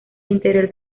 interior